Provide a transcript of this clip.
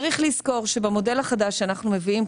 צריך לזכור שבמודל החדש שאנחנו מביאים,